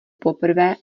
poprvé